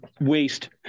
waste